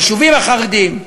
ביישובים החרדיים,